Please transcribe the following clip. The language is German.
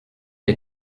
der